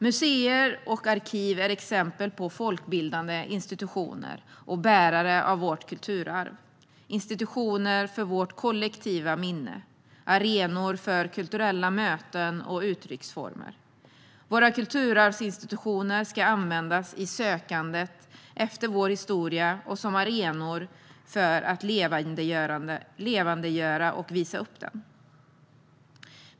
Museer och arkiv är exempel på folkbildande institutioner och bärare av vårt kulturarv, institutioner för vårt kollektiva minne, arenor för kulturella möten och uttrycksformer. Våra kulturarvsinstitutioner ska användas i sökandet efter vår historia och som arenor för att levandegöra och visa upp den.